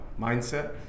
mindset